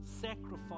sacrifice